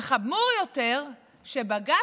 וחמור יותר הוא שבג"ץ,